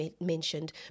mentioned